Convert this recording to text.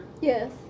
Yes